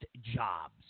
jobs